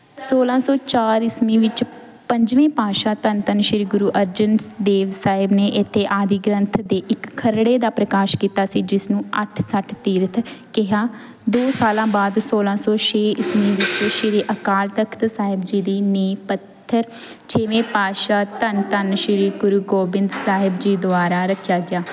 ਸੌਲ੍ਹਾਂ ਸੌ ਚਾਰ ਈਸਵੀ ਵਿੱਚ ਪੰਜਵੀ ਪਾਤਸ਼ਾਹੀ ਧੰਨ ਧੰਨ ਸ਼੍ਰੀ ਗੁਰੂ ਅਰਜਨ ਦੇਵ ਸਾਹਿਬ ਨੇ ਇੱਥੇ ਆਦਿ ਗ੍ਰੰਥ ਦੇ ਇੱਕ ਖਰੜੇ ਦਾ ਪ੍ਰਕਾਸ਼ ਕੀਤਾ ਸੀ ਜਿਸ ਨੂੰ ਅੱਠ ਸੱਠ ਤੀਰਥ ਕਿਹਾ ਦੋ ਸਾਲਾਂ ਬਾਅਦ ਸੌਲ੍ਹਾਂ ਸੌ ਛੇ ਈਸਵੀ ਵਿੱਚ ਸ਼੍ਰੀ ਅਕਾਲ ਤਖਤ ਸਾਹਿਬ ਜੀ ਦੀ ਨੀਂਹ ਪੱਥਰ ਛੇਵੇਂ ਪਾਤਸ਼ਾਹ ਧੰਨ ਧੰਨ ਸ਼੍ਰੀ ਗੁਰੂ ਗੋਬਿੰਦ ਸਾਹਿਬ ਜੀ ਦੁਆਰਾ ਰੱਖਿਆ ਗਿਆ